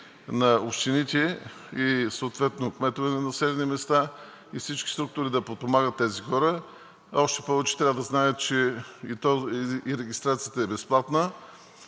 на общините и съответно кметове на населени места, и всички структури да подпомагат тези хора. А още повече трябва да знаят, че регистрацията е безплатна